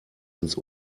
ins